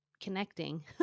connecting